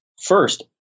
first